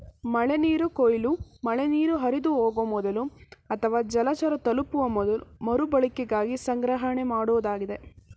ಮಳೆನೀರು ಕೊಯ್ಲು ಮಳೆನೀರು ಹರಿದುಹೋಗೊ ಮೊದಲು ಅಥವಾ ಜಲಚರ ತಲುಪುವ ಮೊದಲು ಮರುಬಳಕೆಗಾಗಿ ಸಂಗ್ರಹಣೆಮಾಡೋದಾಗಿದೆ